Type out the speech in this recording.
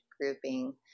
grouping